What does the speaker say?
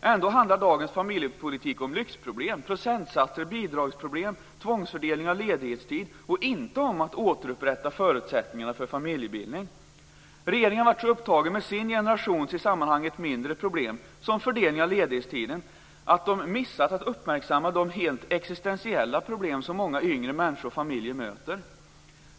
Ändå handlar dagens familjepolitik om lyxproblem, procentsatser, bidragsproblem och tvångsfördelning av ledighetstid och inte om att återupprätta förutsättningarna för familjebildning. Regeringen har varit så upptagen med sin generations i sammanhanget mindre problem, som fördelning av ledighetstiden, att den missat att uppmärksamma de helt existentiella problem som många yngre människor och familjer möter.